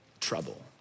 trouble